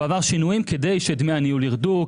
הוא עבר שינויים כדי שדמי הניהול ירדו,